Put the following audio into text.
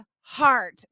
heart